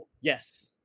yes